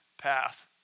path